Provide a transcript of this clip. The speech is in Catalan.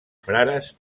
frares